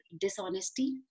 dishonesty